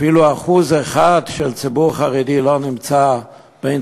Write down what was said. אפילו 1% של ציבור חרדי לא נמצא בין